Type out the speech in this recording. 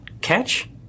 catch